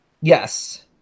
Yes